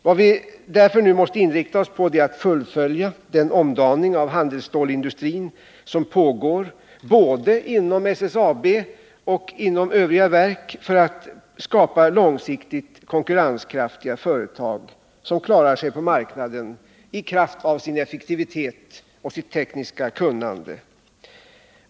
Vad vi därför nu måste inrikta oss på är att fullfölja den omdaning av handelsstålsindustrin som pågår, inom både SSAB och övriga verk, för att skapa långsiktigt konkurrenskraftiga företag, som klarar sig på marknaden i kraft av sin effektivitet och sitt tekniska kunnande.